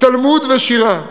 תלמוד ושירה,